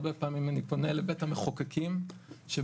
הרבה פעמים אני פונה לבית המחוקקים שבו